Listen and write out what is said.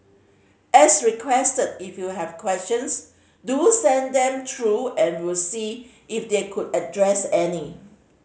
as requested if you have questions do send them through and we'll see if they could address any